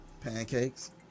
pancakes